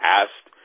asked